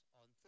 on